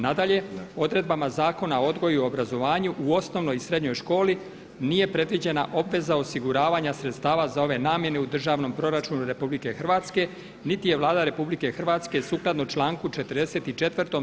Nadalje, odredbama Zakona o odgoju i obrazovanju u osnovnoj i srednjoj školi nije predviđena obveza osiguravanja sredstava za ove namjene u državnom proračunu RH niti je Vlada RH sukladno članku 44.